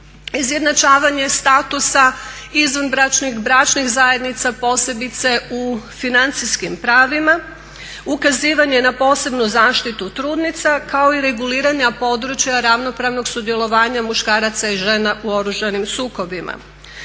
izjednačavanje statusa izvanbračnih, bračnih zajednica posebice u financijskim pravima, ukazivanje na posebnu zaštitu trudnica kao i reguliranja područja ravnopravnog sudjelovanja muškaraca i žena u oružanim sukobima.